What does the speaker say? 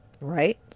right